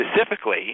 specifically